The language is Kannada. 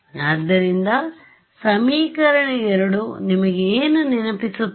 ಆದ್ದರಿಂದ ಸಮೀಕರಣ 2 ನಿಮಗೆ ಏನು ನೆನಪಿಸುತ್ತದೆ